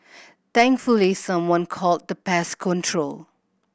thankfully someone called the pest control